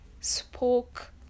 spoke